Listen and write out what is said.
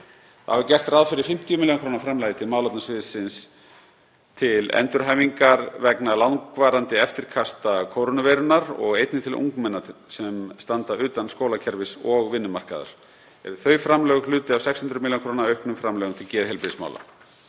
Þá er gert ráð fyrir 50 millj. kr. framlagi til málefnasviðsins til endurhæfingar vegna langvarandi eftirkasta kórónuveirunnar og einnig til ungmenna sem standa utan skólakerfis og vinnumarkaðar. Eru þau framlög hluti af 600 millj. kr. auknum framlögum til geðheilbrigðismála.